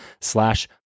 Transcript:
slash